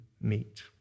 meet